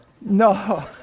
No